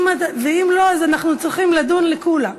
ואם לא, אז אנחנו צריכים לדון לקולא.